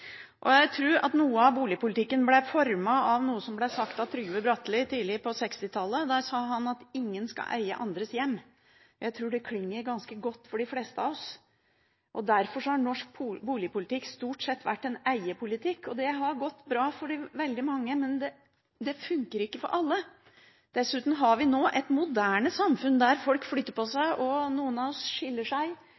og jeg tror at en del av boligpolitikken ble formet av noe som ble sagt av Trygve Bratteli tidlig på 1960-tallet. Da sa han: Ingen skal eie andres hjem. Jeg tror det klinger ganske godt for de fleste av oss. Derfor har norsk boligpolitikk stort sett vært en eiepolitikk. Det har gått bra for veldig mange, men det funker ikke for alle. Dessuten har vi nå et moderne samfunn, der folk flytter på seg,